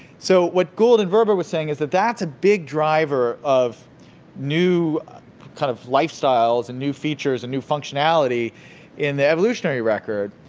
so, what gould and verba were saying is that that's a big driver of new kind of lifestyles and new features and new functionality in the evolutionary record,